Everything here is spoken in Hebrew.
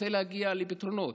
רוצה להגיע לפתרונות,